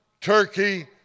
Turkey